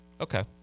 Okay